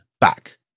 back